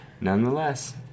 nonetheless